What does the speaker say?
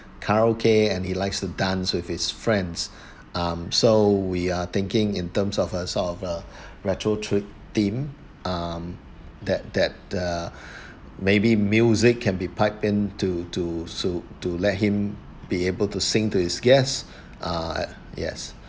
karaoke and he likes to dance with his friends um so we are thinking in terms of a sort of a retro theme um that that uh maybe music can be piped in to to to to let him be able to sing to his guess uh yes